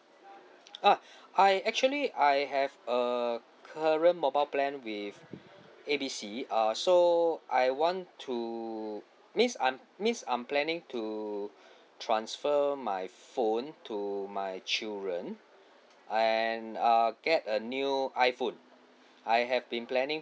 uh I actually I have a current mobile plan with A B C uh so I want to means I'm means I'm planning to transfer my phone to my children and err get a new iphone I have been planning